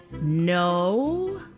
No